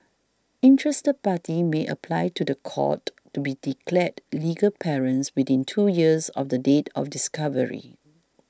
interested parties may apply to the court to be declared legal parents within two years of the date of discovery